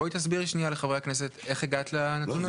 בואי תסבירי שנייה לחברי הכנסת איך הגעת לנתון הזה.